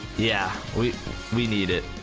yeah we we need it.